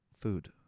food